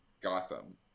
Gotham